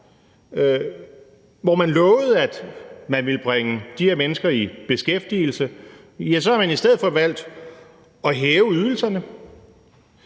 Hvor man lovede, at man ville bringe de her mennesker i beskæftigelse, har man i stedet for valgt at hæve ydelserne.